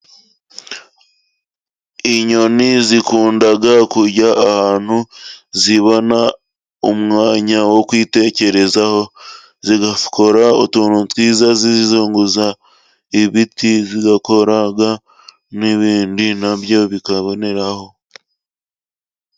Inyoni zikunda kujya ahantu zibona umwanya wo kwitekerezaho zigakora utuntu twiza zizunguza ibiti, zigakoga n'ibindi nabyo bikaboneraho.